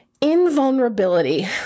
invulnerability